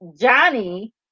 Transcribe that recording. Johnny